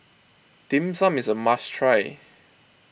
Dim Sum is a must try